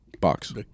Box